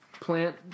Plant